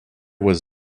was